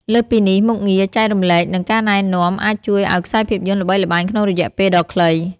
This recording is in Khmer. លើសពីនេះ មុខងារ ចែករំលែកនិង ការណែនាំ អាចជួយឱ្យខ្សែភាពយន្តល្បីល្បាញក្នុងរយៈពេលដ៏ខ្លី។